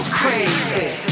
crazy